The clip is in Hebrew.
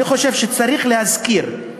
אני חושב שצריך להזכיר,